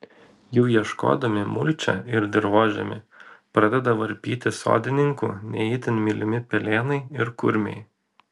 jų ieškodami mulčią ir dirvožemį pradeda varpyti sodininkų ne itin mylimi pelėnai ir kurmiai